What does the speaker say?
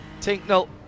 Tinknell